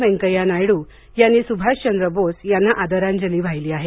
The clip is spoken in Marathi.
व्यंकय्या नायडू यांनी सुभाषचंद्र बोस यांना आदरांजली वाहिली आहे